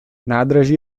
nádraží